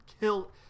kill